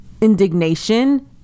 indignation